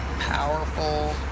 Powerful